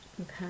Okay